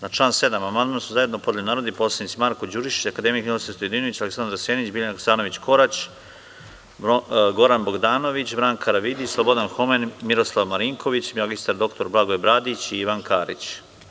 Na član 7. amandman su zajedno podneli narodni poslanici Marko Đurišić, akademik Ninoslav Stojadinović, Aleksandar Senić, Biljana Hasanović Korać, Goran Bogdanović, Branka Karavidić, Slobodan Homen, Miroslav Marinković, magistar dr Blagoje Bradić i Ivan Karić.